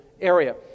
area